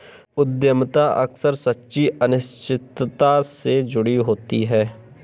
उद्यमिता अक्सर सच्ची अनिश्चितता से जुड़ी होती है